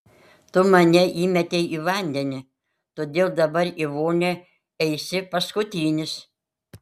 tu mane įmetei į vandenį todėl dabar į vonią eisi paskutinis